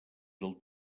del